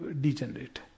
degenerate